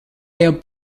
ejam